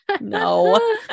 No